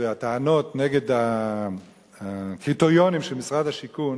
והטענות נגד הקריטריונים של משרד השיכון